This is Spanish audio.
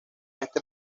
este